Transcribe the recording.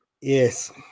yes